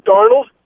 Darnold